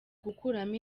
gukuramo